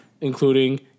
including